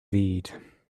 read